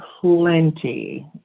Plenty